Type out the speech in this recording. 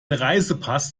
reisepass